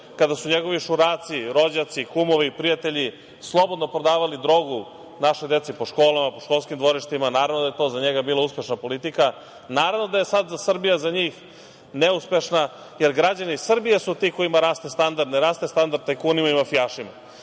kada su njegovi šuraci, rođaci, kumovi, prijatelji slobodno prodavali drogu našoj deci po školama, po školskim dvorištima, naravno da je to za njega bila uspešna politika. Naravno da je Srbija sada za njih neuspešna jer građani Srbije su ti kojima raste standard, ne raste standard tajkunima i mafijašima.